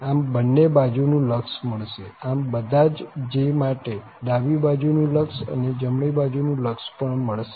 આમ બન્ને બાજુનું લક્ષ મળશે આમ બધા જ j માટે ડાબી બાજુ નું લક્ષ અને જમણી બાજુનું લક્ષ પણ મળશે